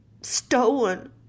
stolen